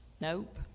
Nope